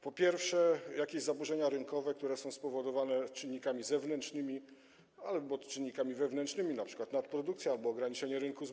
Po pierwsze, jakieś zaburzenia rynkowe, które są spowodowane czynnikami zewnętrznymi albo czynnikami wewnętrznymi, np. nadprodukcja albo ograniczenie rynku zbytu.